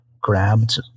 grabbed